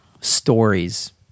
stories